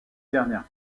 dernière